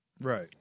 Right